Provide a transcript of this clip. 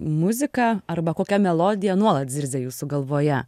muzika arba kokia melodija nuolat zirzė jūsų galvoje